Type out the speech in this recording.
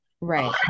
Right